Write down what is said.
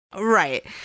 right